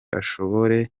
ashobore